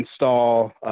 install